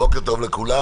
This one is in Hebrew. בוקר טוב לכולם.